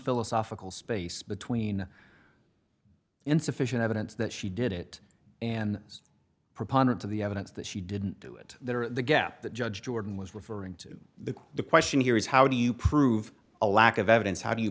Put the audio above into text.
philosophical space between insufficient evidence that she did it and is preponderance of the evidence that she didn't do it that or the gap that judge jordan was referring to the the question here is how do you prove a lack of evidence how do you